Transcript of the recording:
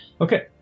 Okay